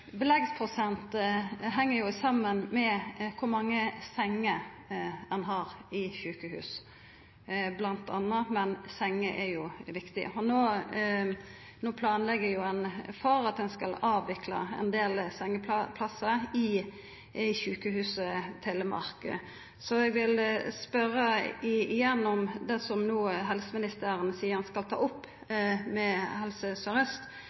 Beleggsprosent heng saman med kor mange senger ein har i sjukehus, bl.a., men senger er jo viktige. No planlegg ein for at ein skal avvikla ein del sengeplassar i Sjukehuset Telemark. Eg vil spørja igjen om det som helseministeren no seier han skal ta opp med Helse